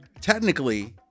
Technically